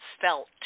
felt